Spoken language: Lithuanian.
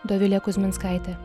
dovilė kuzminskaitė